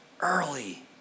early